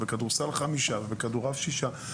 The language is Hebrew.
בכדורסל חמישה ובכדורעף שישה,